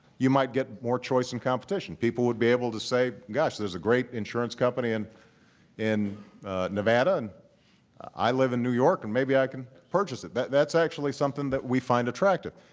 you might get more choice and competition. people would be able to say, gosh, there's a great insurance company and in nevada and i live in new york and maybe i can purchase it. that's actually something that we find attractive.